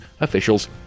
officials